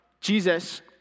Jesus